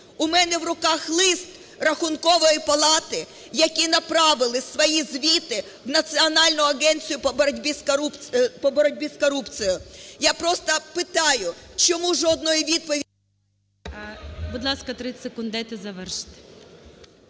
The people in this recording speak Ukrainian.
У мене в руках лист Рахункової палати, які направили свої звіти в Національну агенцію по боротьбі з корупцією. Я просто питаю, чому жодної відповіді… ГОЛОВУЮЧИЙ. Будь ласка, 30 секунд дайте завершити.